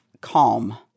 calm